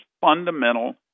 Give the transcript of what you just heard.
fundamental